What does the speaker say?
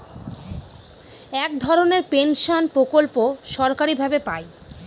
এক ধরনের পেনশন প্রকল্প সরকারি ভাবে পাই